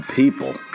people